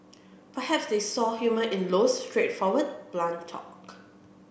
perhaps they saw the humour in Low's straightforward blunt talk